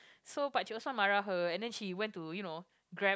so Pakcik Osman marah her and then she went to you know grab